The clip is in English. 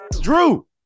Drew